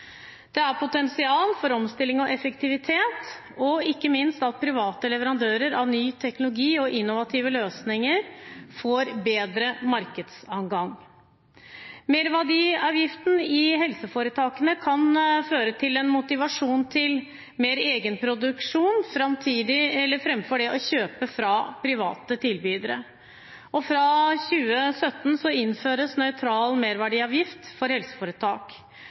Det er potensial for omstilling og effektivitet og, ikke minst, at private leverandører av ny teknologi og innovative løsninger får bedre markedsadgang. Merverdiavgiften i helseforetakene kan føre til en motivasjon til mer framtidig egenproduksjon framfor å kjøpe fra private tilbydere. Fra 2017 innføres nøytral merverdiavgift for helseforetak.